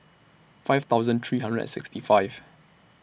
five thousand three hundred and sixty five